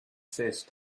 fist